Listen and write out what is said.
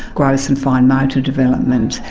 growth and fine motor development,